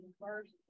first